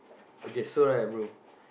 okay so right bro